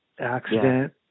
accident